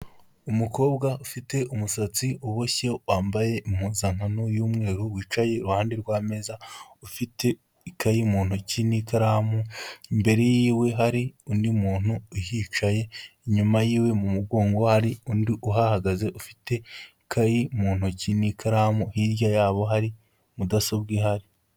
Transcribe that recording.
Umukobwa ufite umusatsi uboshye wambaye impuzankano y'umweru wicaye iruhande rw'ameza, ufite ikayi mu ntoki n'ikaramu, imbere yiwe hari undi muntu uhicaye, inyuma yiwe mu mugongo hari undi uhahagaze ufite ikayi mu ntoki n'ikaramu hirya yabo hari mudasobwa ihari.